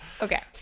Okay